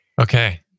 Okay